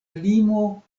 limo